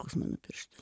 koks mano pirštas